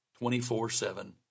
24-7